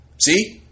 See